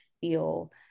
feel